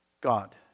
God